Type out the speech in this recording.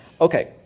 Okay